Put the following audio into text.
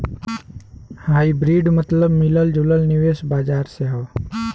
hybrid मतबल मिलल जुलल निवेश बाजार से हौ